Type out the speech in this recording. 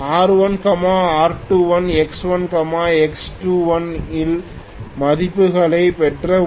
R1R21X1X21 இன் மதிப்புகளைப் பெற்றவுடன்